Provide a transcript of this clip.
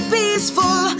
peaceful